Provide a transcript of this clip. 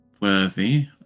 worthy